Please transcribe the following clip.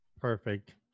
Perfect